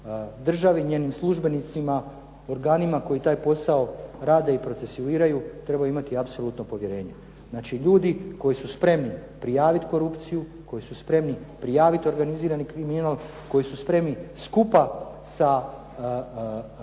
državi i njenim službenicima, organima koji taj posao rade i procesuiraju trebaju imati apsolutno povjerenje. Znači, ljudi koji su spremni prijaviti korupciju, koji su spremni prijaviti organizirani kriminal, koji su spremni skupa sa